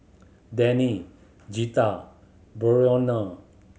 Danny Zita Brionna